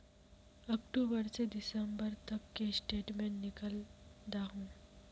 अक्टूबर से दिसंबर तक की स्टेटमेंट निकल दाहू?